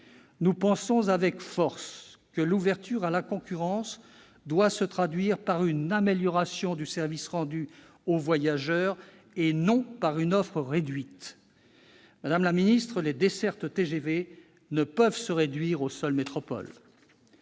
Nous pensons avec force que l'ouverture à la concurrence doit se traduire par une amélioration du service rendu aux voyageurs, et non par une offre réduite. Les dessertes TGV ne peuvent être limitées aux seules métropoles.